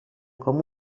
com